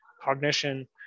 cognition